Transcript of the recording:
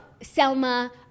Selma